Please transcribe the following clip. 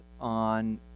on